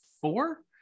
four